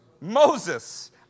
Moses